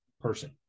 person